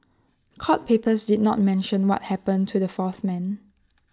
court papers did not mention what happened to the fourth man